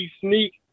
sneak